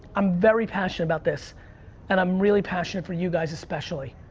i'm very passionate about this and i'm really passionate for you guys, especially.